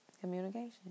Communication